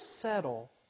settle